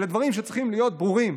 אלה דברים שצריכים להיות ברורים.